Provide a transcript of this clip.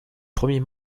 premier